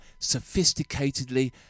sophisticatedly